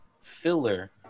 Filler